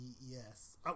Yes